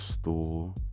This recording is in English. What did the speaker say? store